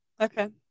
okay